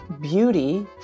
beauty